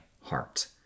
heart